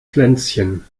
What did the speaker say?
pflänzchen